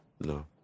no